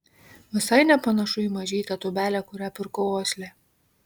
visai nepanašu į mažytę tūbelę kurią pirkau osle